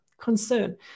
concern